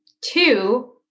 two